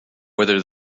whether